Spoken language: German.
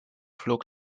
flog